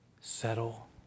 Settle